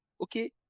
Okay